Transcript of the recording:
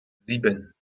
sieben